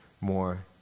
more